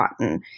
cotton